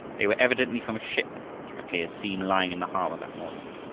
they were evidently from a ship which mackay had seen lying in the harbor that morning.